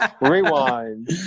Rewind